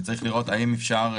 וצריך לראות האם אפשר,